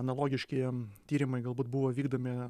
analogiški tyrimai galbūt buvo vykdomi